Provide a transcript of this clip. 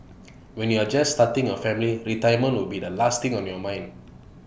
when you are just starting your family retirement will be the last thing on your mind